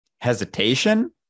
Hesitation